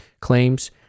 claims